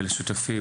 לשותפי,